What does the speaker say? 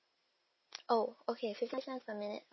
oh okay cents per minute